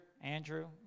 Andrew